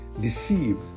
deceived